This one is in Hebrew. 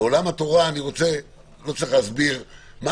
ועולם התורה אני לא צריך להסביר מה